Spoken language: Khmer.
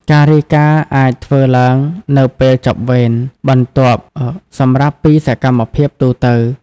ការរាយការណ៍អាចធ្វើឡើងនៅពេលចប់វេន សម្រាប់ពីសកម្មភាពទូទៅ។